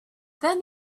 then